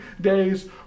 days